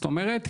זאת אומרת,